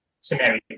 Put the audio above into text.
scenario